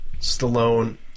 Stallone